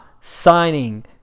Signing